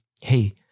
hey